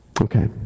Okay